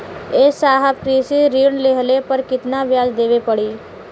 ए साहब कृषि ऋण लेहले पर कितना ब्याज देवे पणी?